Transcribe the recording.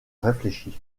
réfléchi